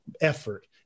effort